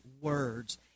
Words